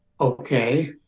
okay